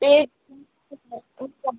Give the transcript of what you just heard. बे